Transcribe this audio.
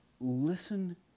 Listen